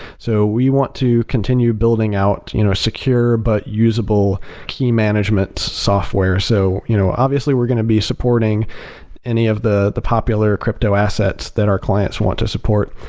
so we want to continue building out you know secure but usable key management software. so you know obviously we're going to be supporting any of the the popular crypto assets that our clients want to support,